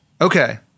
Okay